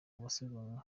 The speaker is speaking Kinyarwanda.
abasiganwa